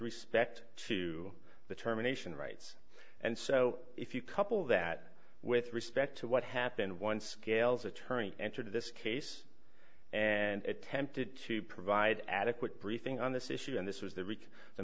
respect to the terminations rights and so if you couple that with respect to what happened once gayle's attorney entered this case and attempted to provide adequate briefing on this issue then this was th